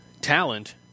talent